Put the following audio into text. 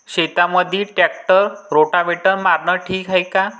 शेतामंदी tractor rotavator मारनं ठीक हाये का?